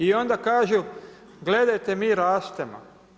I onda kažu gledajte mi rastemo.